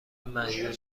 مدیون